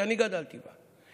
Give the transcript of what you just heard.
שאני גדלתי בה,